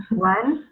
one,